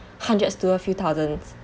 hundreds to a few thousands